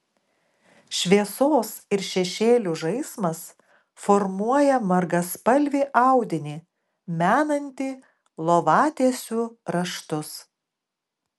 šviesos ir šešėlių žaismas formuoja margaspalvį audinį menantį lovatiesių raštus